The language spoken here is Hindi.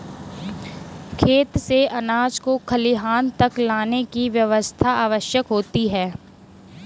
खेत से अनाज को खलिहान तक लाने की व्यवस्था आवश्यक होती है